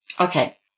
Okay